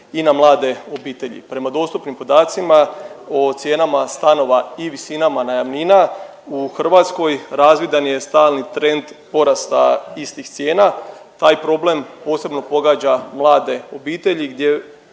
i na mlade obitelji. Prema dostupnim podacima o cijenama stanova i visinama najamnina u Hrvatskoj razvidan je stalni trend porasta istih cijena, taj problem posebno pogađa mlade obitelji gdje,